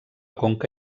conca